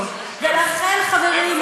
כל המדינה.